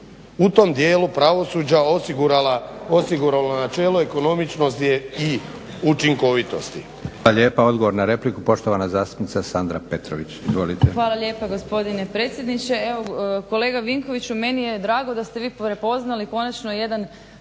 u tom dijelu pravosuđa osiguralo načelo ekonomičnosti i učinkovitosti.